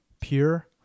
Pure